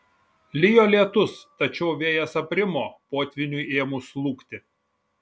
lijo lietus tačiau vėjas aprimo potvyniui ėmus slūgti